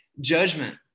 judgment